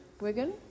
Wigan